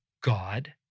God